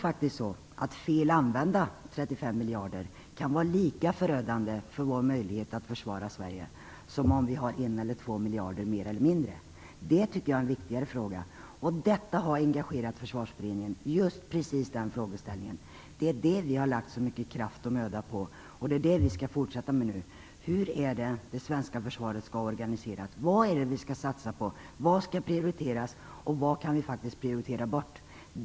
Fel använda 35 miljarder kan vara lika förödande för vår möjlighet att försvara Sverige som om vi har 1 eller 2 miljarder mer eller mindre. Det tycker jag är en viktigare fråga. Detta har engagerat Försvarsberedningen. Det är detta vi har lagt så mycket kraft och möda på och nu skall fortsätta med: Hur skall det svenska försvaret vara organiserat? Vad skall vi satsa på? Vad skall prioriteras och vad kan prioriteras bort?